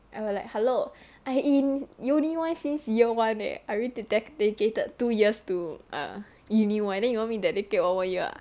I was like hello I in uni Y since year one leh I already dedicated two years to err uni Y then you want me to dedicate one more year ah